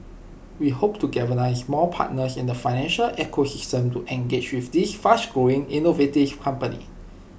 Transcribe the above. we hope to galvanise more partners in the financial ecosystem to engage with these fast growing innovative company